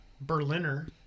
Berliner